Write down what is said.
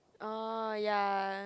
uh ya